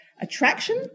attraction